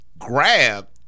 Grab